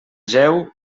jeu